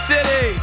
City